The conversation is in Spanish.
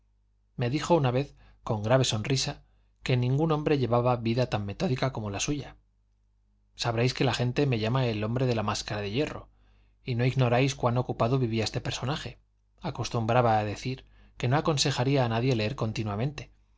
me dijo una vez con grave sonrisa que ningún hombre llevaba vida tan metódica como la suya sabréis que la gente me llama el hombre de la máscara de hierro y no ignoráis cuán ocupado vivía este personaje acostumbraba decir que no aconsejaría a nadie leer continuamente